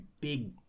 big